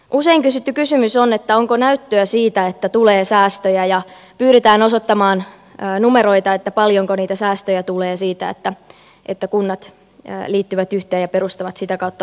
usein kysytty kysymys on onko näyttöä siitä että tulee säästöjä ja pyydetään osoittamaan numeroita paljonko niitä säästöjä tulee siitä että kunnat liittyvät yhteen ja perustavat sitä kautta uuden kunnan